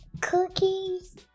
Cookies